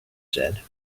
said